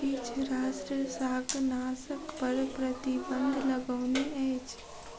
किछ राष्ट्र शाकनाशक पर प्रतिबन्ध लगौने अछि